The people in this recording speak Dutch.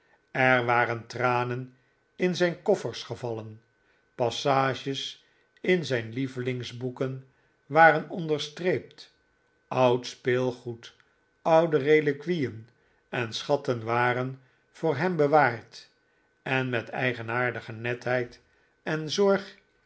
er waren tranen in zijn koffers gevallen passages in zijn lievelingsboeken waren onderstreept oud speelgoed oude reliquieen en schatten waren voor hem bewaard en met eigenaardige netheid en zorg